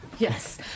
Yes